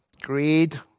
greed